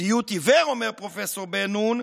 ציות עיוור, אומר פרופ' בן נון,